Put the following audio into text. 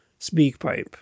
SpeakPipe